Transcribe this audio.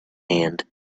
hand